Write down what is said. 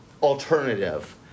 alternative